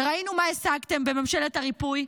ראינו מה השגתם בממשלת הריפוי,